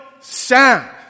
sound